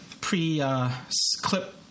pre-clip